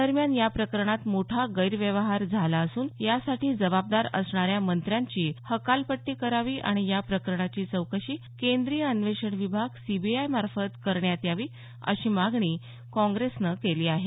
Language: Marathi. दरम्यान या प्रकरणात मोठा गैरव्यवहार झाला असून यासाठी जबाबदार असणाऱ्या मंत्र्यांची हकालपट्टी करावी आणि या प्रकरणाची चौकशी केंद्रीय अन्वेषण विभाग सीबीआयमार्फत करण्यात यावी अशी मागणी काँग्रेसनं केली आहे